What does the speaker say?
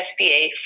SBA